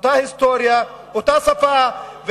אותה היסטוריה ואותה שפה.